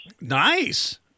Nice